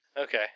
Okay